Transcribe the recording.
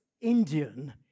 Indian